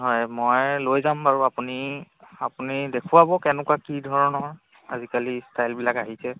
হয় মই লৈ যাম বাৰু আপুনি আপুনি দেখুৱাব কেনেকুৱা কি ধৰণৰ আজিকালি ষ্টাইলবিলাক আহিছে